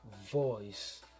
voice